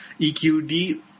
EQD